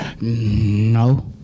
No